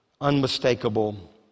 unmistakable